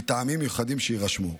מטעמים מיוחדים שיירשמו.